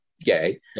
gay